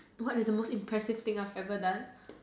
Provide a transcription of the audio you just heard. what is the most impressive thing I've ever done